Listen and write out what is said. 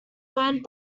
owned